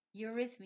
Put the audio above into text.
eurythmy